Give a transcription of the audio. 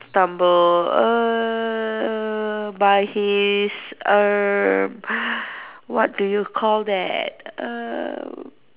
stumble err by his err what do you call that err